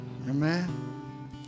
Amen